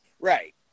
Right